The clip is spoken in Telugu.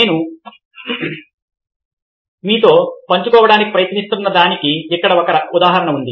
నేను మీతో పంచుకోవడానికి ప్రయత్నిస్తున్న దానికి ఇక్కడ ఒక ఉదాహరణ ఉంది